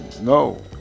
no